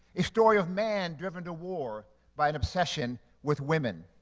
a story of man driven to war by an obsession with women,